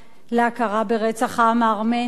להכרה ברצח העם הארמני.